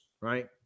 right